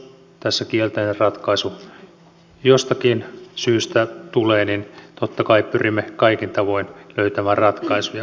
jos tässä kielteinen ratkaisu jostakin syystä tulee niin totta kai pyrimme kaikin tavoin löytämään ratkaisuja muun muassa työllisyyden näkökulmasta